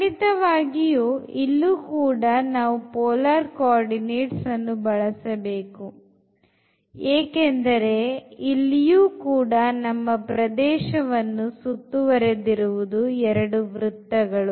ಖಂಡಿತವಾಗಿಯೂ ಇಲ್ಲೂ ಕೂಡ ನಾವು polar coordinates ಅನ್ನು ಬಳಸಬೇಕು ಏಕೆಂದರೆ ಇಲ್ಲಿಯೂ ಕೂಡ ನಮ್ಮ ಪ್ರದೇಶವನ್ನು ಸುತ್ತುವರಿದಿರುವುದು ಎರಡು ವೃತ್ತಗಳು